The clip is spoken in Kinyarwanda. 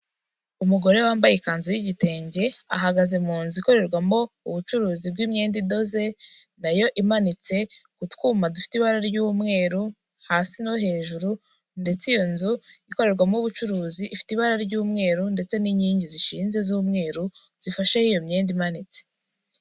Umugore wambaye ikanzu y'igitenge ahagaze mu nzu ikorerwamo ubucuruzi bw'imyenda idoze, nayo imanitse ku twuma dufite ibara ry'umweru, hasi no hejuru ndetse iyo nzu ikorerwamo ubucuruzi ifite ibara ry'umweru ndetse n'inkingi zishinze z'umweru zifasheho iyo myenda imanitse.